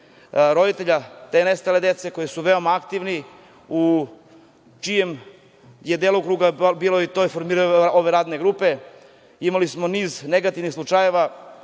roditelja, te nestale dece koja su veoma aktivni, u čijem je delokrugu bilo ove radne grupe, imali smo niz negativnih slučajeva,